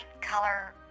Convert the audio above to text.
color